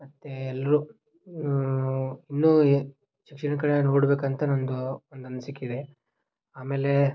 ಮತ್ತು ಎಲ್ಲರೂ ಇನ್ನೂ ಏ ಶಿಕ್ಷಣದ ಕಡೆ ನೋಡ್ಬೇಕು ಅಂತ ನನ್ನದು ಒಂದು ಅನ್ಸಿಕೆ ಇದೆ ಆಮೇಲೆ